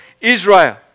Israel